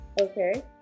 Okay